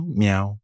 meow